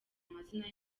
amazina